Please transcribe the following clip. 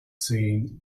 scene